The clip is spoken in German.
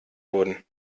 wurden